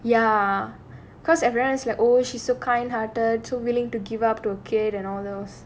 ya because everyone's like oh she so kind-hearted too willing to give up to a kid and all those